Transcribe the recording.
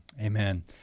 Amen